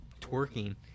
twerking